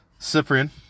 Cyprian